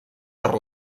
per